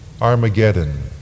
Armageddon